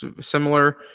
similar